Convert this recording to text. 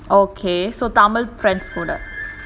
okay so tamil friends கூட:kooda